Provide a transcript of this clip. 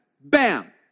Bam